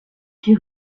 qui